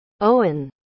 Owen